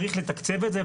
צריך לתקצב את זה,